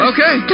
Okay